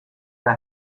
the